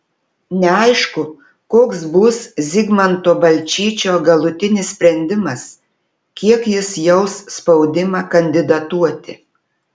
neaišku koks bus zigmanto balčyčio galutinis sprendimas kiek jis jaus spaudimą kandidatuoti